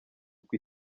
uko